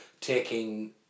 taking